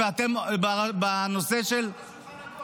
זה בתוך --- היו איתה הרבה בעיות,